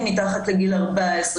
לא כתוב "רשאי",